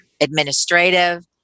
administrative